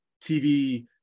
TV